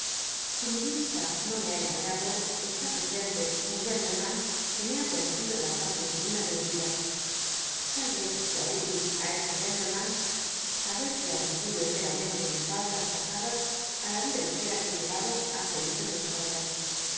si mi yista no me ha engaíiado esl i ptescnte un gentleman que me ha conocido en la fase indigna de mi yida l'al rcz sea úti l t ese gcnllcman sabet que atribuyo enteramen te mis fallas pasadas i la vida ligera que he llevado al servicio de los jóvenes